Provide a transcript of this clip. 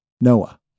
noah